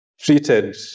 treated